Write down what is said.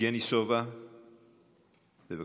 יבגני סובה, בבקשה.